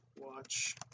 watch